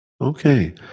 Okay